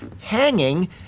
hanging